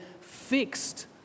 fixed